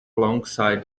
alongside